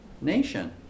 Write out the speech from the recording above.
nation